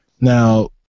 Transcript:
Now